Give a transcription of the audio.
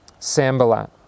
Sambalat